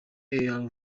early